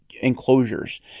enclosures